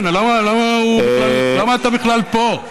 למה מה, למה הוא, למה אתה בכלל פה?